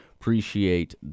Appreciate